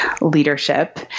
leadership